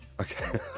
Okay